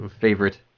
favorite